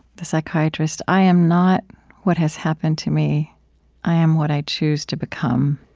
the psychiatrist i am not what has happened to me i am what i choose to become.